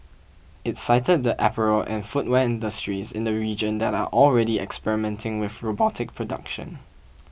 it cited the apparel and footwear industries in the region that are already experimenting with robotic production